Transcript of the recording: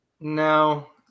no